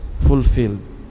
fulfilled